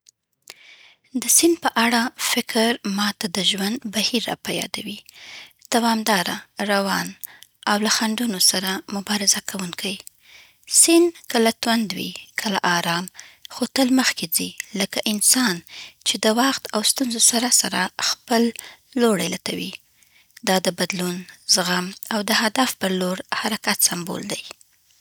د سیند په اړه فکر ما ته د ژوند بهیر راپه یادوي، دوامداره، روان، او له خنډونو سره مبارزه کوونکی. سیند کله توند وي، کله ارام، خو تل مخکې ځي، لکه انسان چې د وخت او ستونزو سره سره خپل لوری لټوي. دا د بدلون، زغم، او د هدف پر لور حرکت سمبول دی.